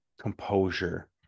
composure